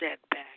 setback